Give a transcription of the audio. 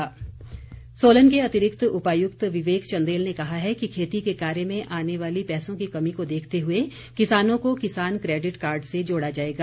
विवेक चंदेल सोलन के अतिरिक्त उपायुक्त विवेक चंदेल ने कहा है कि खेती के कार्य में आने वाली पैसों की कमी को देखते हुए किसानों को किसान क्रेडिट कार्ड से जोड़ा जाएगा